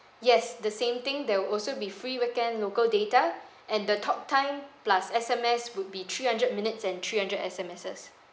yes the same thing there will also be free weekend local data and the talk time plus S_M_S would be three hundred minutes and three hundred S_M_Ses